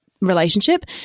relationship